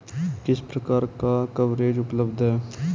किस प्रकार का कवरेज उपलब्ध है?